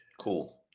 Cool